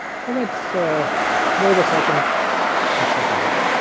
so let's ah wait a second and check again.